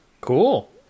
Cool